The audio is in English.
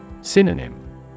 Synonym